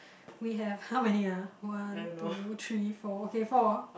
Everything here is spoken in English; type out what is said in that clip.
we have how many ah one two three four okay four